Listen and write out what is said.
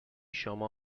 شما